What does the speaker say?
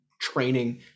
training